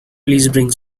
bring